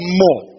more